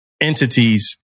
entities